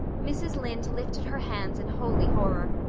mrs. lynde lifted her hands in holy horror.